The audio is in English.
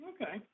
Okay